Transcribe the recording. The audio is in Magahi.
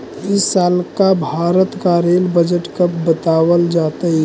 इस साल का भारत का रेल बजट कब बतावाल जतई